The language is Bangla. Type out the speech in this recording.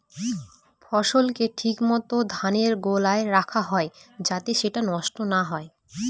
ফসলকে ঠিক মত ধানের গোলায় রাখা হয় যাতে সেটা নষ্ট না হয়